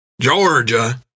Georgia